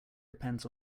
depends